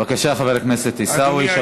בבקשה, חבר הכנסת עיסאווי.